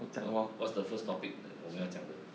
wh~ what the first topic that 我们要讲的